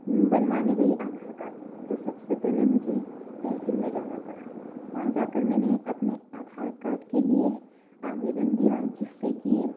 बनवाने गई आधार कार्ड तो सबसे पहले मुझे तहसील में जाना पड़ा वहाँ जाकर मैंने अपने आधार कार्ड के लिए आवेदन दिया जिससे कि